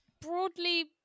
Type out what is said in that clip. broadly